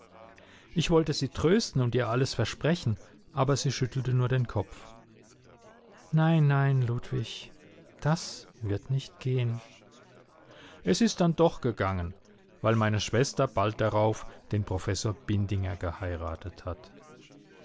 ich wollte sie trösten und ihr alles versprechen aber sie schüttelte nur den kopf nein nein ludwig das wird nicht gehen es ist dann doch gegangen weil meine schwester bald darauf den professor bindinger geheiratet hat